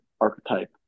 archetype